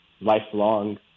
lifelong